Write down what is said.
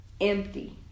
empty